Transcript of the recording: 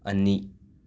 ꯑꯅꯤ